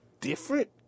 different